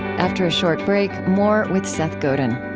after a short break, more with seth godin.